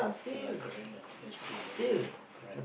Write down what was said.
ya lah correct lah that's true lah correct